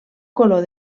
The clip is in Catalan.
color